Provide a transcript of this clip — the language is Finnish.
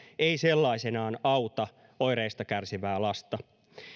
ei sellaisenaan auta oireista kärsivää lasta